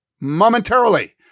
momentarily